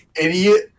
Idiot